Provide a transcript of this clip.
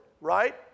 right